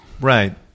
Right